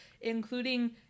including